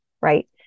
right